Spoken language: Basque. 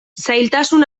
zailtasun